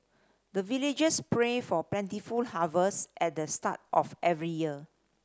the villagers pray for plentiful harvest at the start of every year